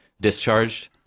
discharged